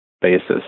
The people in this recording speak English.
basis